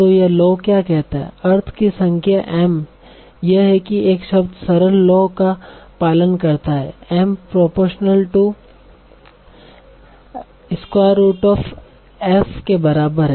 तो यह लॉ क्या कहता है अर्थ की संख्या m यह है कि एक शब्द सरल लॉ का पालन करता है m अनुपात स्क्वायररूट ऑफ़ फ्रीक्वेंसी के बराबर है